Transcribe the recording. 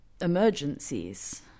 emergencies